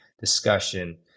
discussion